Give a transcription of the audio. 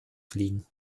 fliegen